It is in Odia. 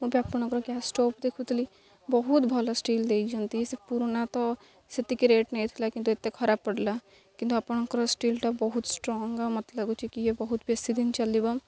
ମୁଁ ବି ଆପଣଙ୍କର ଗ୍ୟାସ୍ ଷ୍ଟୋଭ୍ ଦେଖୁଥିଲି ବହୁତ ଭଲ ଷ୍ଟିଲ୍ ଦେଇଛନ୍ତି ସେ ପୁରୁଣା ତ ସେତିକି ରେଟ୍ ନେଇଥିଲା କିନ୍ତୁ ଏତେ ଖରାପ ପଡ଼ିଲା କିନ୍ତୁ ଆପଣଙ୍କର ଷ୍ଟିଲ୍ଟା ବହୁତ ଷ୍ଟ୍ରଙ୍ଗ ମୋତେ ଲାଗୁଛି କି ଇଏ ବହୁତ ବେଶୀ ଦିନ ଚାଲିବ